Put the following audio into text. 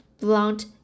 blunt